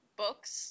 books